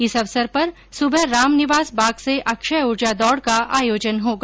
इस अवसर पर सुबह रामनिवास बाग से अक्षय ऊर्जा दौड़ का आयोजन होगा